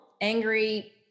angry